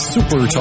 Super